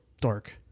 dark